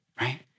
right